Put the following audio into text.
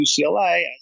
UCLA